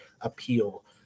appeal